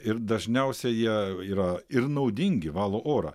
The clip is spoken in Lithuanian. ir dažniausia jie yra ir naudingi valo orą